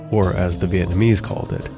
or as the vietnamese called it,